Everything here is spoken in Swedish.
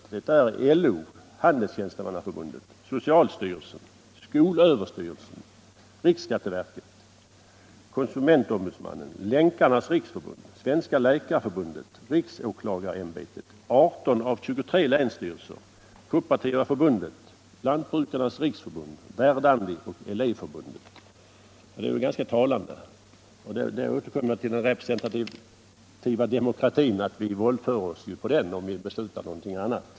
De remissinstanserna är: LO, Handelsanställdas förbund, socialstyrelsen, skolöverstyrelsen, riksskatteverket, konsumentombudsmannen, Länkarnas riksförbund, Svenska läkarförbundet, riksåklagarämbetet, 18 av 23 länsstyrelser, Kooperativa förbundet, Lantbrukarnas riksförbund, Verdandi och Elevförbundet. Det är väl ganska talande. Och då återkommer jag till vad jag sade om en representativ demokrati. Vi våldför oss på den, om vi beslutar något annat.